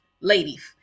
ladies